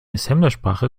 assemblersprache